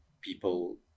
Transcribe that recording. people